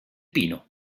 pino